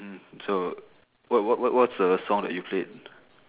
mm so what what what what's the song that you played